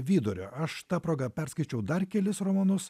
vidurio aš ta proga perskaičiau dar kelis romanus